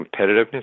competitiveness